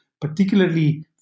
particularly